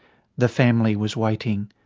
the family was waiting.